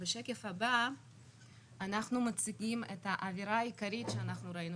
בשקף הבא אנחנו מציגים את העבירה העיקרית שראינו